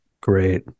great